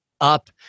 up